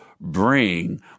bring